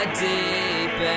deep